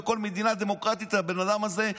בכל מדינה דמוקרטית הבן אדם הזה היה